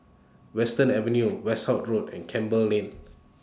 Western Avenue Westerhout Road and Campbell Lane